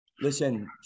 Listen